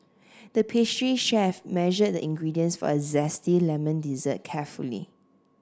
the pastry chef measured the ingredients for a zesty lemon dessert carefully